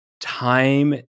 time